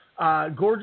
Gorgeous